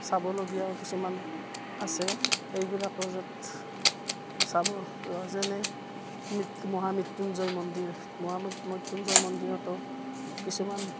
চাবলগীয়াও কিছুমান আছে সেইবিলাকো চাব যেনে মহামৃত্যুঞ্জয় মন্দিৰ মহা মৃত্যুঞ্জয় মন্দিৰতো কিছুমান